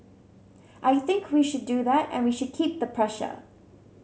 I think we should do that and we should keep the pressure